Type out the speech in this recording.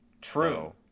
True